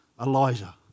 Elijah